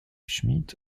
schmidt